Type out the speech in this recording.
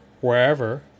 wherever